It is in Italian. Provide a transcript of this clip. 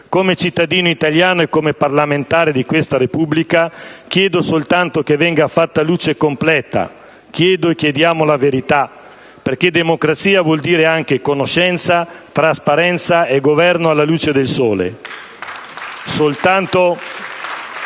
Come cittadino italiano e come parlamentare di questa Repubblica, chiedo soltanto che venga fatta luce completa. Chiedo e chiediamo la verità. Perché democrazia vuol dire anche conoscenza, trasparenza e Governo alla luce del sole. *(Applausi